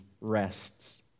rests